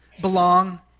belong